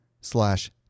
slash